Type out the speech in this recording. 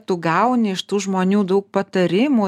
tu gauni iš tų žmonių daug patarimų